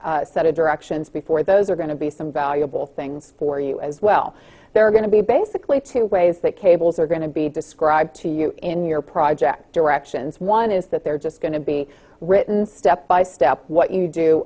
set of directions before those are going to be some valuable things for you as well there are going to be basically two ways that cables are going to be described to you in your project directions one is that they're just going to be written step by step what you do